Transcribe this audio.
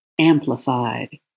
amplified